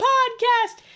Podcast